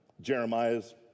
Jeremiah's